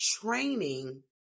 training